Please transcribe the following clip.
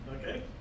Okay